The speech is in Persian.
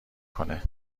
کنه